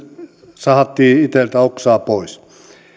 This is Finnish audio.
sahattiin itseltä oksaa pois